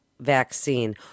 vaccine